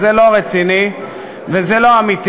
אז זה לא רציני וזה לא אמיתי,